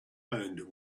owned